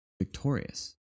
victorious